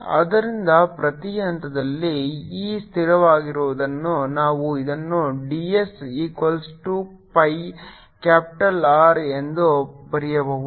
ಆದ್ದರಿಂದ ಪ್ರತಿ ಹಂತದಲ್ಲಿ E ಸ್ಥಿರವಾಗಿರುವುದರಿಂದ ನಾವು ಇದನ್ನು d s equals 2 pi capital R ಎಂದು ಬರೆಯಬಹುದು